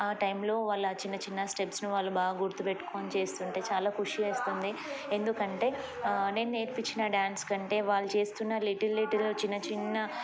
ఆ టైంలో వాళ్ళ చిన్న చిన్న స్టెప్స్ను వాళ్ళు బాగా గుర్తు పెట్టుకోొని చేస్తుంటే చాలా ఖుషి వస్తుంది ఎందుకంటే నేను నేర్పించిన డ్యాన్స్ కంటే వాళ్ళు చేస్తున్న లిటిల్ లిటిల్ చిన్న చిన్న